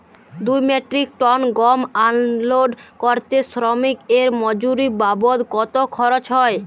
দুই metric ton গম unload করতে শ্রমিক এর মজুরি বাবদ কত খরচ হয়?